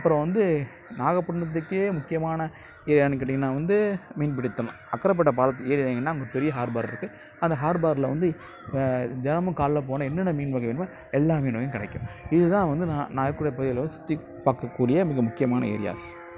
அப்புறோம் வந்து நாகப்பட்னத்துக்கு முக்கியமான ஏன்னனு கேட்டிங்கனா வந்து மீன் பிடித்தல் அக்கரப்பேட்ட பாலத்தில் ஏறி இறங்குனா பெரிய ஹார்பர் இருக்குது அந்த ஹார்பரில் வந்து இபபோ தினமும் காலையில் போனால் என்னென்ன மீன் வகை வேணுமோ எல்லா மீனும் கிடைக்கும் இது தான் வந்து நான் நான் இருக்கிற பகுதியில் வந்து சுற்றி பார்க்க கூடிய மிக முக்கியமான ஏரியாஸ்